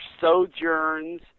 sojourns